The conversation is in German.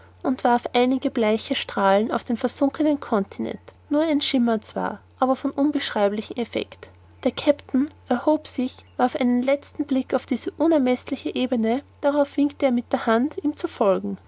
und warf einige bleiche strahlen auf den versunkenen continent nur ein schimmer zwar aber von unbeschreiblichem effect der kapitän erhob sich warf einen letzten blick auf diese unermeßliche ebene darauf winkte er mit der hand ihm zu folgen